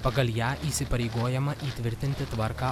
pagal ją įsipareigojama įtvirtinti tvarką